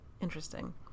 interesting